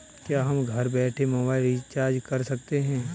क्या हम घर बैठे मोबाइल रिचार्ज कर सकते हैं?